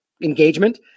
Engagement